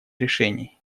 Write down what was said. решений